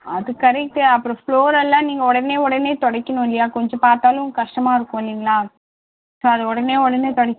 அது கரெக்ட்டு அப்புறம் ஃப்ளோர் எல்லாம் நீங்கள் உடனே உடனே துடைக்கணும் இல்லையா கொஞ்சம் பார்த்தாலும் கஷ்டமாக இருக்கும் இல்லைங்களா ஸோ அதை உடனே உடனே தொடைச்சு